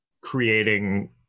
creating